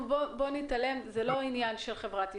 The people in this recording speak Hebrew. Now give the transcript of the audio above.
זה לא רק העניין של חברת ישראייר,